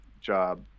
job